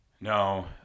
No